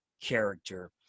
character